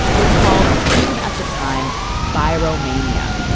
was called even at the time bairo mania.